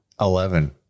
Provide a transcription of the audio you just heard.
Eleven